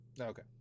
okay